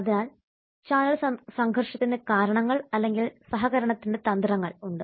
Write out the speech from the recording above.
അതിനാൽ ചാനൽ സംഘർഷത്തിന് കാരണങ്ങൾ അല്ലെങ്കിൽ സഹകരണത്തിന്റെ തന്ത്രങ്ങൾ ഉണ്ട്